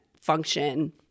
function